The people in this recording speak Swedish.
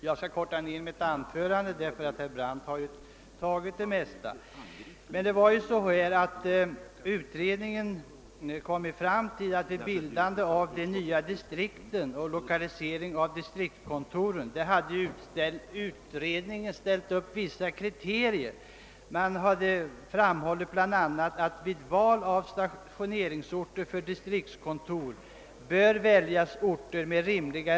Jag skall avkorta mitt anförande då herr Brandt har sagt det mesta av vad jag hade att säga. Utredningen uppställde vid bildande av de nya distrikten och lokalisering av distriktskontoren : vissa kriterier. Utredningen framhöll; bl.a. att distriktskontorens stationeringsorter bör utväljas så att :reseavstånden blir rimliga.